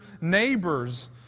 neighbors